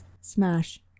Smash